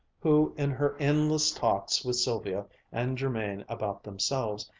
who, in her endless talks with sylvia and jermain about themselves,